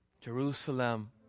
Jerusalem